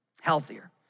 healthier